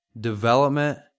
development